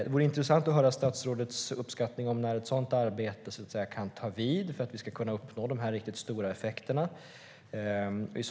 Det vore intressant att höra statsrådets uppskattning av när ett sådant arbete kan ta vid för att vi ska kunna uppnå de riktigt stora effekterna.